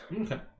Okay